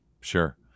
Sure